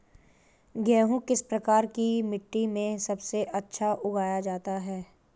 गेहूँ किस प्रकार की मिट्टी में सबसे अच्छा उगाया जाता है?